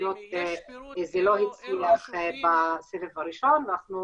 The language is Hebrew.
רשויות זה לא הצליח בסבב הראשון ואנחנו